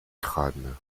crâne